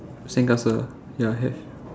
sandcastle ya have